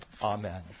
Amen